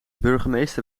burgemeester